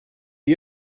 you